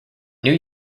new